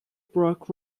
brook